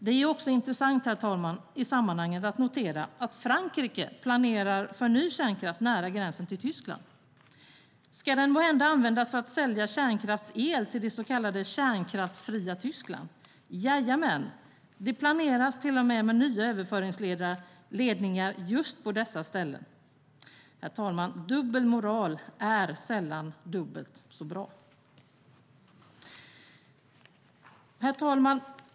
Det är också intressant i sammanhanget, herr talman, att notera att Frankrike planerar för ny kärnkraft nära gränsen till Tyskland. Ska den måhända användas för att sälja kärnkraftsel till det så kallade kärnkraftsfria Tyskland? Jajamän - det planeras till och med nya överföringsledningar just på dessa ställen. Herr talman! Dubbel moral är sällan dubbelt så bra. Herr talman!